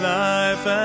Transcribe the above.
life